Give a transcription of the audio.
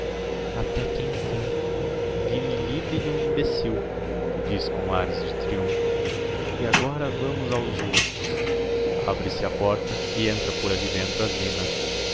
até que em fim vi-me livre de um imbecil diz com ares de triumpho e agora vamos aos outros abre-se a porta e entra por ali dentro